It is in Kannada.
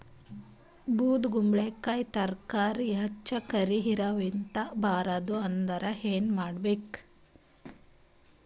ಬೊದಕುಂಬಲಕಾಯಿ ತರಕಾರಿ ಹೆಚ್ಚ ಕರಿ ಇರವಿಹತ ಬಾರದು ಅಂದರ ಏನ ಮಾಡಬೇಕು?